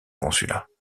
consulat